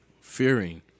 fearing